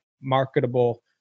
marketable